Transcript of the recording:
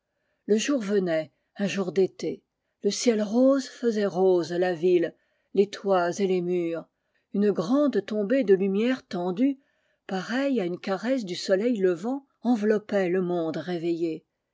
le jour venait un jour d'été le ciel rose faisait rose la ville les toits et les murs une grande tombée de lumière tendue pareille à une caresse du soleil levant enveloppait le monde réveillé